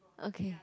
okay